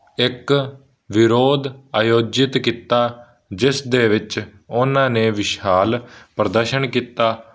ਇੱਕ ਵਿਰੋਧ ਆਯੋਜਿਤ ਕੀਤਾ ਜਿਸ ਦੇ ਵਿੱਚ ਉਹਨਾਂ ਨੇ ਵਿਸ਼ਾਲ ਪ੍ਰਦਰਸ਼ਨ ਕੀਤਾ